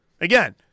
Again